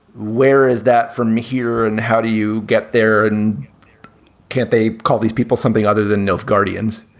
where is that from here and how do you get there? and can't they call these people something other than nofx guardians?